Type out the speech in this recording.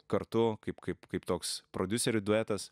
kartu kaip kaip kaip toks prodiuserių duetas